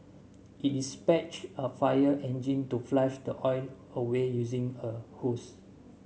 it dispatched a fire engine to flush the oil away using a hose